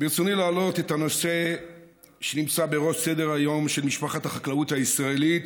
ברצוני להעלות את הנושא שנמצא בראש סדר-היום של משפחת החקלאות הישראלית